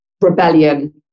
rebellion